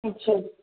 اچھا